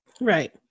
Right